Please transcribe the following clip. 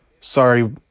Sorry